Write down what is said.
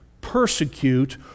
persecute